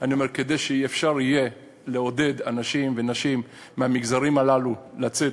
כדי שיהיה אפשר לעודד אנשים ונשים מהמגזרים הללו לצאת.